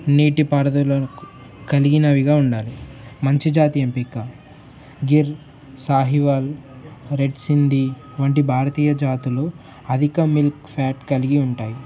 నీటి పారుదల కలిగినవిగా ఉండాలి మంచి జాతి ఎంపిక గిర్ సాహివాల్ రెడ్ సింధి వంటి భారతీయ జాతులు అధిక మిల్క్ ఫ్యాట్ కలిగి ఉంటాయి